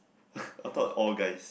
I thought all guys